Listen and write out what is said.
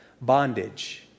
bondage